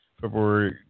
February